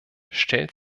stellt